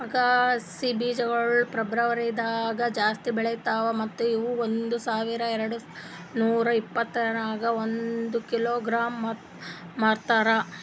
ಅಗಸಿ ಬೀಜಗೊಳ್ ಫೆಬ್ರುವರಿದಾಗ್ ಜಾಸ್ತಿ ಬೆಳಿತಾವ್ ಮತ್ತ ಇವು ಒಂದ್ ಸಾವಿರ ಎರಡನೂರು ರೂಪಾಯಿಗ್ ಒಂದ್ ಕಿಲೋಗ್ರಾಂಗೆ ಮಾರ್ತಾರ